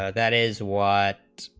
ah that is one,